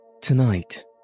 Tonight